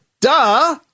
duh